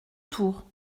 tour